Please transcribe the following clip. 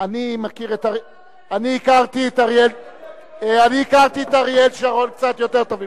אני הכרתי את אריאל שרון קצת יותר טוב ממך.